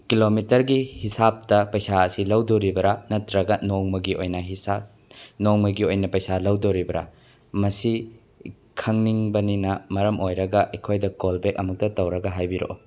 ꯀꯤꯂꯣꯃꯤꯇꯔꯒꯤ ꯍꯤꯁꯥꯕꯇ ꯄꯩꯁꯥ ꯑꯁꯤ ꯂꯧꯗꯣꯔꯤꯕ꯭ꯔ ꯅꯠꯇ꯭ꯔꯒ ꯅꯣꯡꯃꯒꯤ ꯑꯣꯏꯅ ꯍꯤꯁꯥꯕ ꯅꯣꯡꯃꯒꯤ ꯑꯣꯏꯅ ꯄꯩꯁꯥ ꯂꯩꯗꯣꯔꯤꯕ꯭ꯔ ꯃꯁꯤ ꯈꯪꯅꯤꯡꯕꯅꯤꯅ ꯃꯔꯝ ꯑꯣꯏꯔꯒ ꯑꯩꯈꯣꯏꯗ ꯀꯣꯜ ꯕꯦꯛ ꯑꯃꯨꯛꯇ ꯇꯧꯔꯒ ꯍꯥꯏꯕꯤꯔꯛꯎ